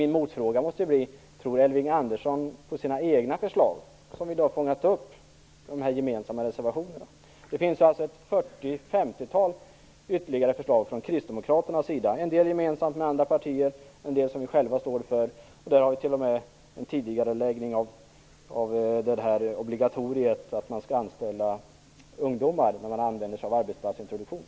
Min motfråga måste bli: Tror Elving Andersson på sina egna förslag? Det finns ytterligare 40-50 förslag från kristdemokraterna. En del framför vi gemensamt med andra partier. En del står vi själva för. Vi föreslår t.o.m. en tidigareläggning av obligatoriet att anställa ungdomar när man använder sig av arbetsplatsintroduktion.